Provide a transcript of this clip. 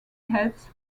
heads